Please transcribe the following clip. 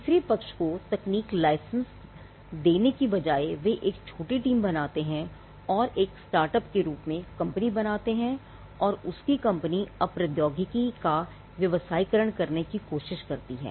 तीसरे पक्ष को तकनीक लाइसेंस देने के बजाय वे एक छोटी टीम बनाते हैं और एक स्टार्टअप के रूप में वे कंपनी बनाते हैं और उनकी कंपनी अब प्रौद्योगिकी का व्यवसायीकरण करने की कोशिश करती है